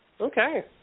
Okay